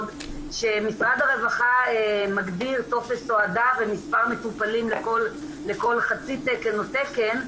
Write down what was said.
שמשרד הרווחה מגדיר טופס הועדה ומספר מטופלים לכל חצי תקן או תקן.